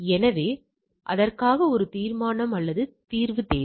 எனவே அதற்காக ஒரு தீர்மானம் அல்லது தீர்வு தேவை